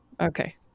Okay